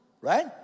right